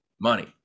money